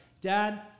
dad